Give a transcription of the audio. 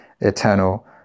eternal